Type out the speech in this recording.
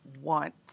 want